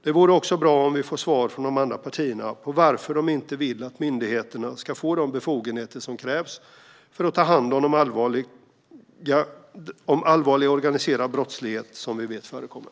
Det vore också bra om vi fick svar från de andra partierna på varför de inte vill att myndigheterna ska få de befogenheter som krävs för att ta hand om allvarlig organiserad brottslighet som vi vet förekommer.